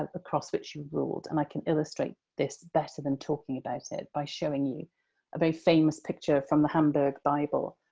across which you ruled. and i can illustrate this better than talking about it by showing you a very famous picture from the hamburg bible,